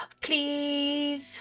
Please